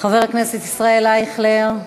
חבר הכנסת ישראל אייכלר.